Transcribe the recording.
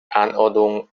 anordnungen